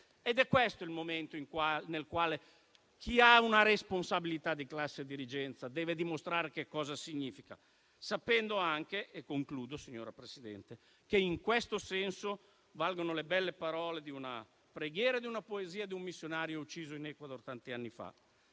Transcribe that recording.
È questo il momento nel quale chi ha una responsabilità di classe dirigente deve dimostrare che cosa significa, sapendo anche, in conclusione, signora Presidente, che in questo senso valgono le belle parole della preghiera e poesia di un missionario ucciso in Ecuador tanti anni fa,